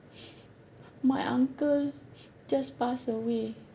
my uncle just passed away